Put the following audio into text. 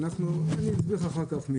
אסביר לך אחר כך.